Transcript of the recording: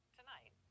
tonight